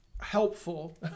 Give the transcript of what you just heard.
helpful